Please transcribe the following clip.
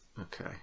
Okay